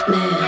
Man